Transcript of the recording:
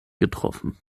getroffen